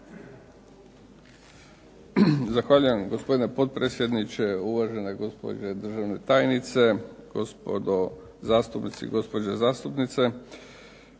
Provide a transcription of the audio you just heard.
Zahvaljujem gospodine potpredsjedniče, uvažena gospođe državna tajnice, gospodo zastupnici, gospođe zastupnice.